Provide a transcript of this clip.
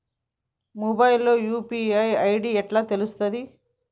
Mobile లో UPI ID ఎట్లా తెలుస్తది?